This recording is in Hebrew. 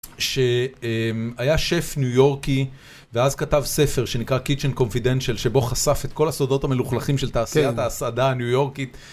שהיה שף ניו יורקי, ואז כתב ספר שנקרא Kitchen Confidential שבו חשף את כל הסודות המלוכלכים של תעשיית ההסעדה הניו יורקית.